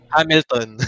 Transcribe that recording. Hamilton